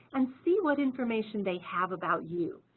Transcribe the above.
and see what information they have about you.